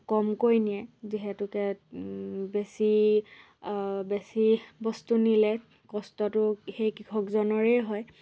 কমকৈ নিয়ে যিহেতুকে বেছি বেছি বস্তু নিলে কষ্টটো সেই কৃষকজনৰেই হয়